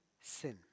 sin